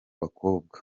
bakobwa